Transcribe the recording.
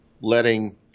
letting